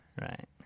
Right